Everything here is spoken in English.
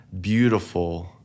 beautiful